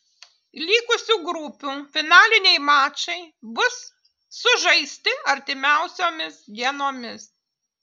likusių grupių finaliniai mačai bus sužaisti artimiausiomis dienomis